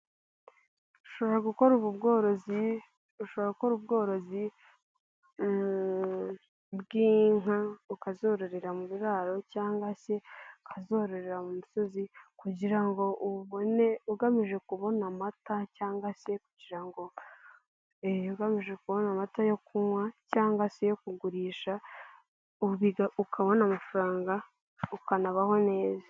Ushobora gukora ubworozi bw'inka, ukazororera mu biraro cyangwa se ukazororera mu misozi ugamije kubona amata yo kunywa cyangwa se yo kugurisha ukabona amafaranga ukanabaho neza.